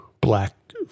black